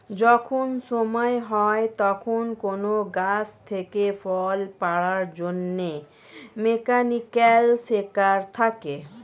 যখন সময় হয় তখন কোন গাছ থেকে ফল পাড়ার জন্যে মেকানিক্যাল সেকার থাকে